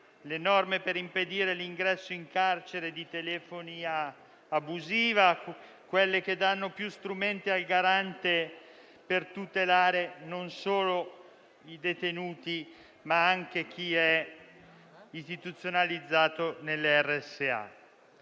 per impedire l'ingresso in carcere di telefonia abusiva e quelle che danno più strumenti al Garante per tutelare non solo i detenuti, ma anche chi è istituzionalizzato nelle RSA.